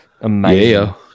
Amazing